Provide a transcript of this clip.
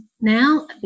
now